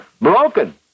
Broken